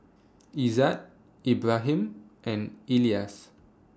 Izzat Ibrahim and Elyas